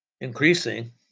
increasing